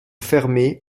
fermé